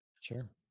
Sure